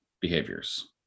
behaviors